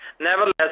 Nevertheless